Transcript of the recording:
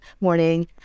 morning